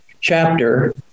chapter